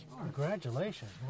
Congratulations